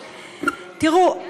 תראו,